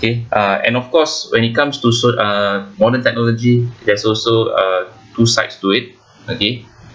K uh and of course when it comes to sui~ uh modern technology that's also a two sides to it okay